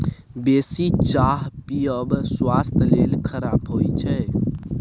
बेसी चाह पीयब स्वास्थ्य लेल खराप होइ छै